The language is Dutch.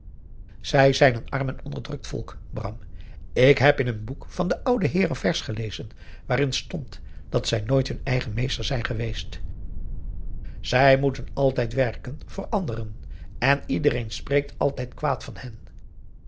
zij zijn een arm en onderdrukt volk bram ik heb in een boek van den ouden heer een vers gelezen waarin stond dat zij nooit hun eigen meester zijn geweest zij moeten altijd werken voor anderen en iedereen spreekt altijd kwaad van hen